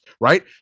right